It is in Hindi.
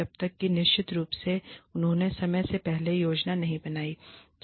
जब तक कि निश्चित रूप से उन्होंने समय से पहले योजना नहीं बनाई है